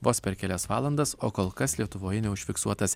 vos per kelias valandas o kol kas lietuvoje neužfiksuotas